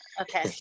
Okay